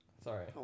Sorry